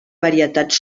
varietats